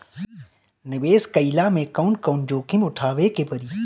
निवेस कईला मे कउन कउन जोखिम उठावे के परि?